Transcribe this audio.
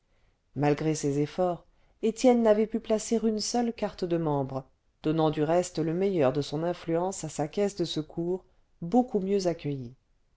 malgré ses efforts étienne n'avait pu placer une seule carte de membre donnant du reste le meilleur de son influence à sa caisse de secours beaucoup mieux accueillie